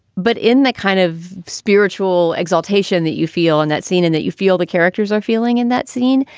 but in that kind of spiritual exaltation that you feel and that scene and that you feel the characters are feeling in that scene,